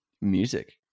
music